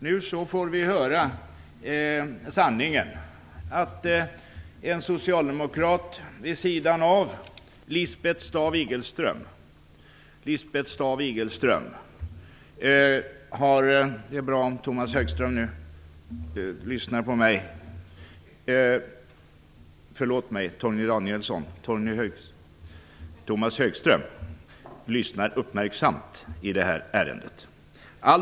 Nu får vi höra sanningen från en socialdemokrat vid sidan av Lisbeth Staaf-Igelström - det är bra om Tomas Högström lyssnar uppmärksamt till vad jag har att säga i det här ärendet.